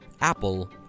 Apple